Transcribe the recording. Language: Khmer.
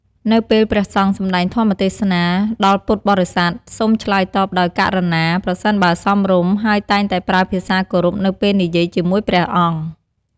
នៅពេលព្រះសង្ឃសំដែងធម្មទេសនាដល់ពុទ្ធបរិស័ទ សូមឆ្លើយតបដោយ ករុណា ប្រសិនបើសមរម្យ ហើយតែងតែប្រើភាសាគោរពនៅពេលនិយាយជាមួយព្រះអង្គ។